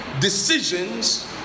decisions